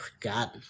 god